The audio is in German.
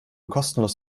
kostenlos